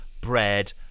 bread